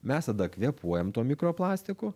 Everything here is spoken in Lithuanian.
mes tada kvėpuojam tuo mikroplastiku